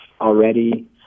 already